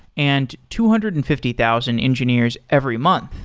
and two hundred and fifty thousand engineers every month.